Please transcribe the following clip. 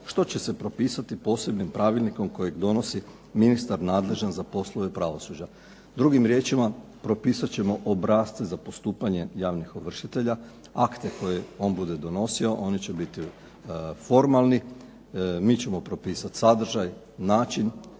što će se propisati posebnim pravilnikom kojeg donosi ministar nadležan za poslove pravosuđa. Drugim riječima propisat ćemo obrasce za postupanje javnih ovršitelja, akte koje on bude donosio, oni će biti formalni, mi ćemo propisati sadržaj, način